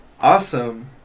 awesome